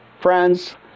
friends